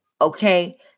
Okay